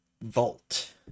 Vault